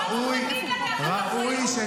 ראוי, ראוי -- למה אתם לא עושים את זה?